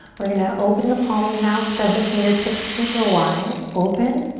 we're gonna open the palms now, spread the fingertips super wide open.